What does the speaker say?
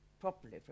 properly